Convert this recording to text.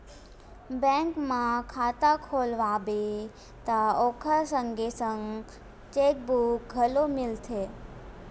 bank म खाता खोलवाबे त ओखर संगे संग चेकबूक घलो मिलथे